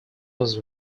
was